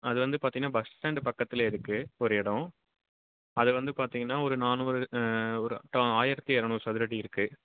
அது வந்து பார்த்தீங்கன்னா பஸ் ஸ்டாண்ட் பக்கத்துலையே இருக்கு ஒரு இடோம் அது வந்து பார்த்தீங்கன்னா ஒரு நானூறு ஒரு ஆயரத்து இரநூறு சதுரடி இருக்கு